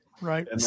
right